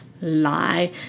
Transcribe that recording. lie